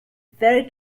very